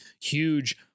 huge